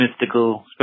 mystical